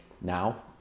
now